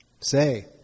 Say